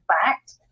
fact